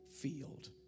field